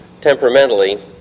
temperamentally